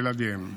לגבי ילדיהם.